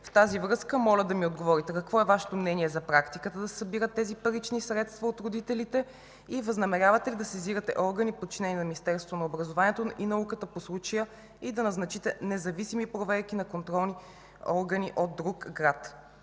В тази връзка моля да ми отговорите: какво е Вашето мнение за практиката да се събират тези парични средства от родителите? Възнамерявате ли да сезирате органите, подчинени на Министерството на образованието и науката, по случая и да назначите независими проверки на контролни органи от друг град?